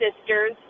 sisters